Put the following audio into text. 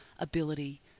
ability